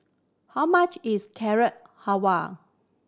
how much is Carrot Halwa